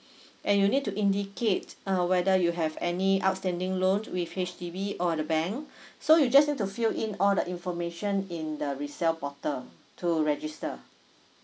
and you need to indicate uh whether you have any outstanding loan with H_D_B or the bank so you just have to fill in all the information in the resell portal to register